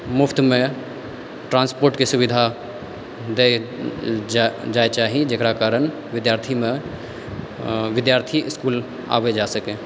मुफ्तमे ट्रान्सपोर्ट के सुविधा देल जाय चाही जेकरा कारण विद्यार्थीमे विद्यार्थी इसकुल आबै जा सकै